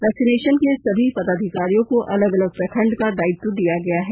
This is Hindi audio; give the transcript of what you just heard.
वैक्सीनेशन के लिए सभी पदाधिकारियों को अलग अलग प्रखंड का दायित्व दिया गया है